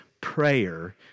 prayer